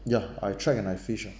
ya I tried and I fish ah